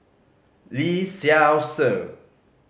Lee Seow Ser